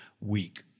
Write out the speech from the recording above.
week